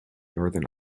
northern